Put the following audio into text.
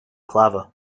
clever